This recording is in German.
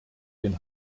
den